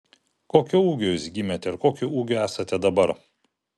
kokio ūgio jūs gimėte ir kokio ūgio esate dabar